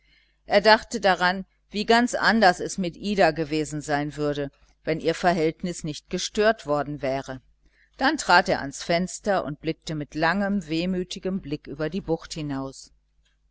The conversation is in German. er dachte daran wie ganz anders es mit ida gewesen sein würde wenn ihr verhältnis nicht gestört worden wäre dann trat er ans fenster und blickte mit langem wehmütigem blick über die bucht hinaus